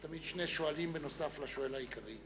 יש תמיד שני שואלים נוסף על השואל העיקרי,